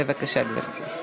בבקשה, גברתי.